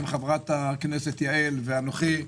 עם חברת הכנסת יעל רון בן משה ואנוכי,